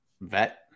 vet